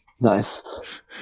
nice